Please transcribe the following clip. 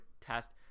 test